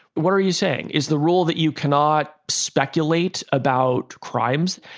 what are you saying? is the rule that you cannot speculate about crimes?